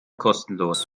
kostenlos